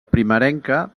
primerenca